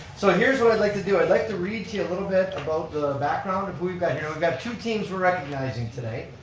so here's what i'd like to do. i'd like to read to you a little bit about the the and background of who we've got here. we've got two teams we're recognizing today,